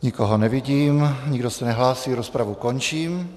Nikoho nevidím, nikdo se nehlásí, rozpravu končím.